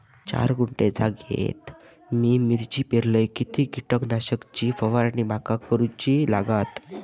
चार गुंठे जागेत मी मिरची पेरलय किती कीटक नाशक ची फवारणी माका करूची लागात?